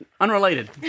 Unrelated